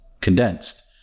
condensed